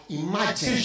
imagine